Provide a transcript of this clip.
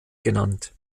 genannt